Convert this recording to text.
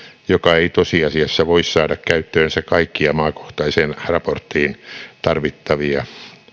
joka ei tosiasiassa voi saada käyttöönsä kaikkia maakohtaiseen raporttiin tarvittavia tietoja